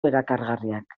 erakargarriak